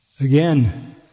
Again